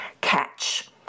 catch